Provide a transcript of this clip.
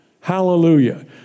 Hallelujah